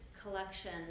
collection